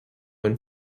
and